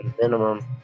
minimum